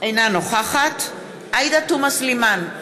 אינה נוכחת עאידה תומא סלימאן,